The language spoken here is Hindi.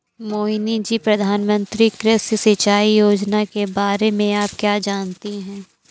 मोहिनी जी, प्रधानमंत्री कृषि सिंचाई योजना के बारे में आप क्या जानती हैं?